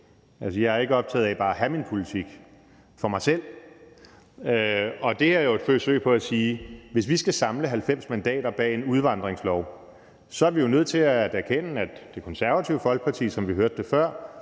Jeg er ikke optaget af bare at have min politik for mig selv. Det her er jo et forsøg på at sige, at hvis vi skal samle 90 mandater bag en udvandringslov, er vi nødt til at erkende, at hvis det er Det Konservative Folkeparti, som vi hørte før,